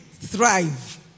thrive